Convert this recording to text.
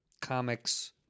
comics